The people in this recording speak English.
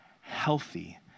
healthy